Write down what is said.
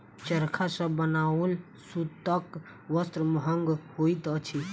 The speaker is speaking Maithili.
चरखा सॅ बनाओल सूतक वस्त्र महग होइत अछि